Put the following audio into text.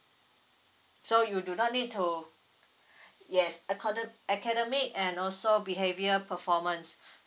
so you do not need to yes acad~ academic and also behaviour performance